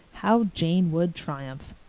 how jane would triumph!